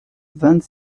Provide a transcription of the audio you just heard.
vingt